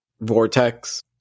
Vortex